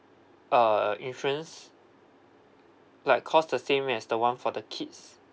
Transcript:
uh insurance like cost the same as the one for the kids